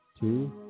two